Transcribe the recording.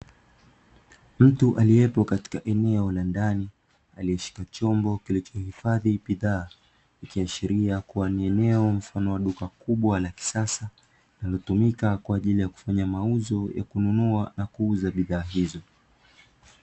Mtu aliyepo katika eneo la ndani aliyeshika chombo kilichohifadhi bidhaa, ikiashiria kuwa ni eneo mfano wa duka kubwa ka kisasa linalotumika kwa ajili ya kufanyia mauzo, ya kununua na kuuza bidhaa hizo.